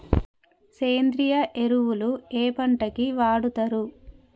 సేంద్రీయ ఎరువులు ఏ పంట కి వాడుతరు?